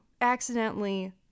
accidentally